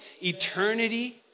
Eternity